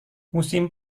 musim